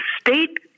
state